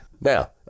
Now